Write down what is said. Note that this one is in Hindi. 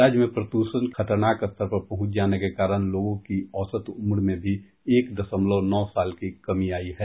राज्य में प्रद्षण के खतरनाक स्तर पर पहुंच जाने के कारण लोगों की औसत उम्र में भी एक दशमलव नौ साल की कमी आयी है